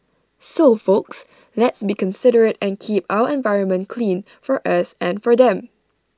so folks let's be considerate and keep our environment clean for us and for them